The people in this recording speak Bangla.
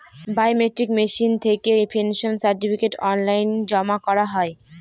বায়মেট্রিক মেশিন থেকে পেনশন সার্টিফিকেট অনলাইন জমা করা হয়